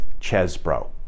Chesbro